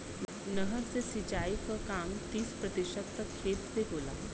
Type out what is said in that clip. नहर से सिंचाई क काम तीस प्रतिशत तक खेत से होला